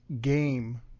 game